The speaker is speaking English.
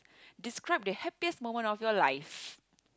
describe the happiest moment of your life